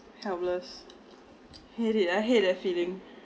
helpless I hate it I hate that feeling